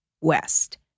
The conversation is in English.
West